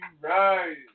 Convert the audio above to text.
right